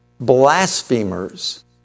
blasphemers